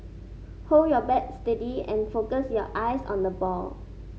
hold your bat steady and focus your eyes on the ball